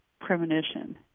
premonition